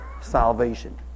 salvation